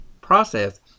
process